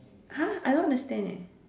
!huh! I don't understand leh